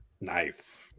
Nice